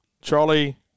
Charlie